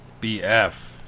BF